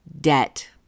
debt